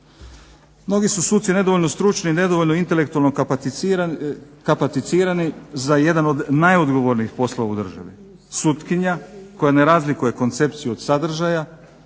Mnogi su suci nedovoljno stručni i nedovoljno intelektualno kapacitirani za jedan od najodgovornijih poslova u državi. Sutkinja koja ne razlikuje koncepciju od sadržaja,